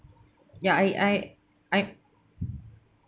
ya I I I